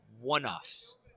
one-offs